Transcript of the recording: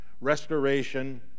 restoration